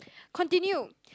continue